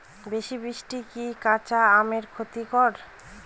বেশি বৃষ্টি কি কাঁচা আমের ক্ষতি করে?